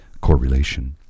Correlation